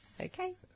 Okay